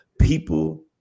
people